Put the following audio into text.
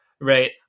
right